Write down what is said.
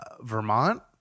vermont